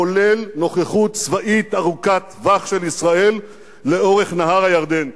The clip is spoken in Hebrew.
כולל נוכחות צבאית ארוכת טווח של ישראל לאורך נהר הירדן.